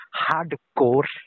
hardcore